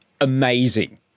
amazing